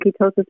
ketosis